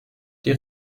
die